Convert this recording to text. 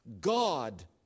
God